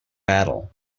battle